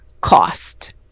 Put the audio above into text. cost